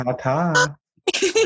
ta-ta